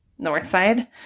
Northside